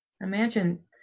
Imagine